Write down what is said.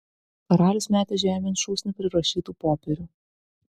karalius metė žemėn šūsnį prirašytų popierių